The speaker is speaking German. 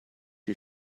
die